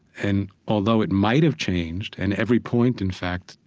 and although it might have changed, and every point, in fact,